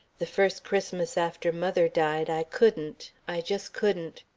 the first christmas after mother died, i couldn't i just couldn't.